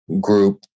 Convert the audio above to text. group